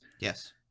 Yes